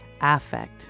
affect